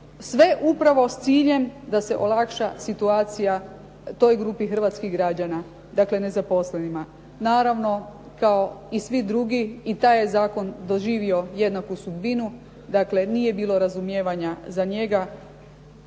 sve upravo s ciljem da se olakša situacija toj grupi hrvatskih građana, dakle nezaposlenima. Naravno, kao i svi drugi i taj je zakon doživio jednaku sudbinu. Dakle, nije bilo razumijevanja za njega